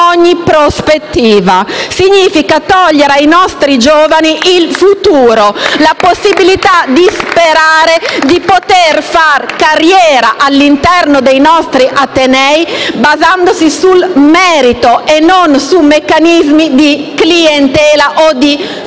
ogni prospettiva, significa togliere ai nostri giovani il futuro, la possibilità di sperare di poter fare carriera all'interno dei nostri atenei sulla base del proprio merito e non su meccanismi di clientela o di filiazione